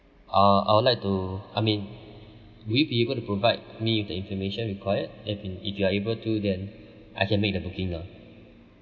uh I would like to I mean would you be able to provide me with the information required as in if you are able to then I can make the booking now